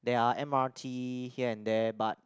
there are M_R_T here and there but